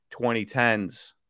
2010s